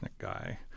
guy